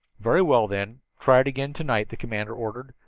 very well, then, try it again to-night, the commander ordered.